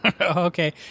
Okay